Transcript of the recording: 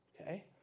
okay